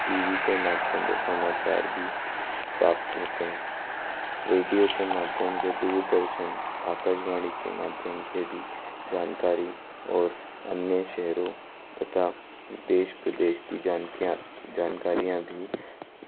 T V के माध्यम से समाचार भी प्राप्त होते हैं रेडियो के माध्यम से दूरदर्शन आकाशवाणी के माध्यम से भी जानकारी और अन्य शहरों तथा देश प्रदेश की जानक्या जानकारियाँ भी